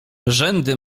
rzędy